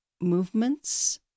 movements